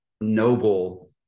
noble